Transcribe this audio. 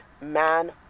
man